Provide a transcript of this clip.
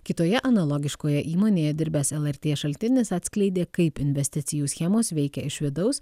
kitoje analogiškoje įmonėje dirbęs lrt šaltinis atskleidė kaip investicijų schemos veikia iš vidaus